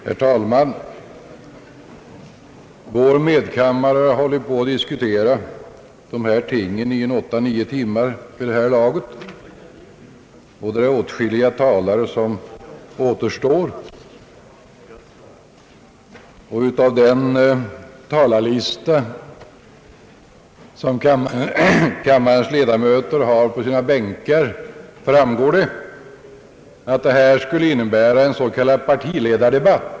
Herr talman! Vår medkammare har hållit på att diskutera dessa ting i åtta, nio timmar vid det här laget, och åtskilliga talare återstår. Av den talarlista som kammarens ledamöter har på sina bänkar framgår att idet skulle bli en s.k. partiledardebatt.